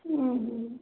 ம்ம்